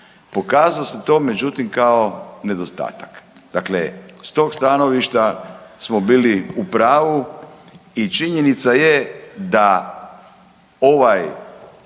Pokazalo se to međutim kao nedostatak, dakle s tog stanovišta smo bili u pravu i činjenica je da ovaj